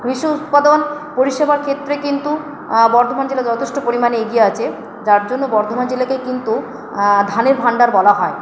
কৃষি উৎপাদন পরিষেবার ক্ষেত্রে কিন্তু বর্ধমান জেলা যথেষ্ট পরিমাণে এগিয়ে আছে যার জন্য বর্ধমান জেলাকে কিন্তু ধানের ভান্ডার বলা হয়